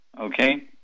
okay